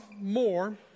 more